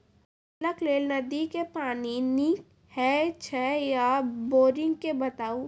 फसलक लेल नदी के पानि नीक हे छै या बोरिंग के बताऊ?